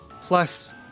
plus